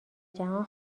جهان